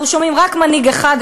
ואנחנו שומעים רק מנהיג אחד,